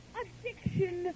addiction